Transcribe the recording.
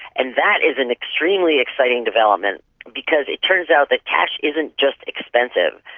and that is an extremely exciting development because it turns out that cash isn't just expensive,